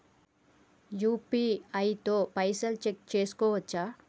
UPI తో పైసల్ check చేసుకోవచ్చా?